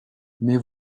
mais